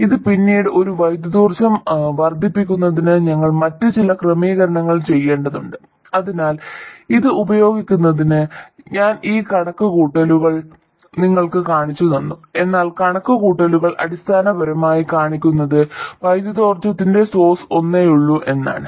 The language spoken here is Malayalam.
ഇത് പിന്നീട് ഒരു വൈദ്യുതിയോർജ്ജം വർദ്ധിപ്പിക്കുന്നതിന് ഞങ്ങൾ മറ്റ് ചില ക്രമീകരണങ്ങൾ ചെയ്യേണ്ടതുണ്ട് അതിനാൽ അത് ഉപയോഗിക്കുന്നതിന് ഞാൻ ഈ കണക്കുകൂട്ടലുകൾ നിങ്ങൾക്ക് കാണിച്ചുതന്നു എന്നാൽ കണക്കുകൂട്ടലുകൾ അടിസ്ഥാനപരമായി കാണിക്കുന്നത് വൈദ്യുതിയോർജ്ജത്തിന്റെ സോഴ്സ് ഒന്നേയുള്ളൂ എന്നാണ്